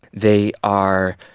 they are